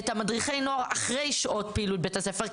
את מדריכי הנוער אחרי שעות פעילות בית הספר,